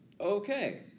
okay